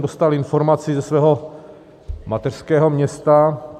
Dostal jsem informaci ze svého mateřského města.